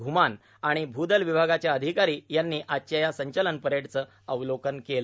घ्मान आणि भूदल विभागाच्या अधिकारी यांनी आजच्या या संचालन परेडचं अवलोकन केलं